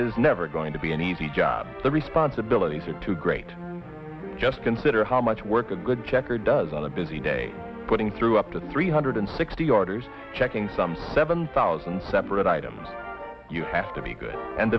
is never going to be an easy job the responsibilities are too great just consider how much work a good checker does on a busy day putting through up to three hundred sixty orders checking some seven thousand separate items you have to be good and